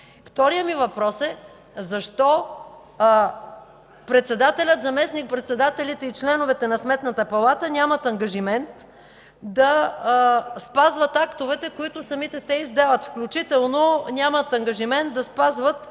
вторият ми въпрос е: защо председателят, заместник-председателите и членовете на Сметната палата нямат ангажимент да спазват актовете, които самите те издават, включително нямат ангажимент да спазват